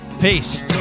Peace